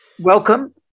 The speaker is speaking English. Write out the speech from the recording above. Welcome